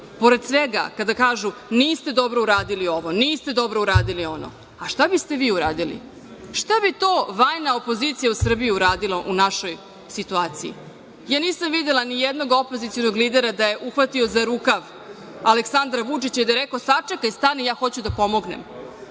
svega, kada kažu - niste dobro uradili ovo, niste dobro uradili ono, a šta biste vi uradili? Šta bi to vajna opozicija u Srbiji uradila u našoj situaciji? Ja nisam videla nijednog opozicionog lidera da je uhvatio za rukav Aleksandra Vučića i da je rekao - sačekaj, stani, ja hoću da pomognem;